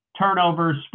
turnovers